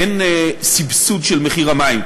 אין סבסוד של מחיר המים.